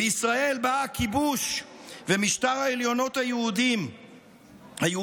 בישראל, שבה הכיבוש ומשטר העליונות היהודית